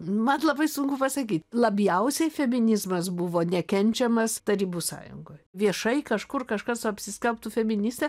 mat labai sunku pasakyt labiausiai feminizmas buvo nekenčiamas tarybų sąjungoj viešai kažkur kažkas apsiskelbtų feministe